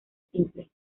simple